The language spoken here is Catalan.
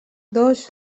dos